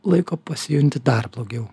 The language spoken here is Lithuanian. laiko pasijunti dar blogiau